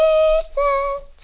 Jesus